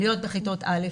להיות בכיתות א',